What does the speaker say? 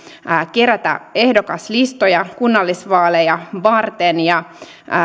kerätä ehdokaslistoja kunnallisvaaleja varten ja